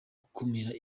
gukumira